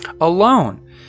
alone